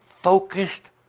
focused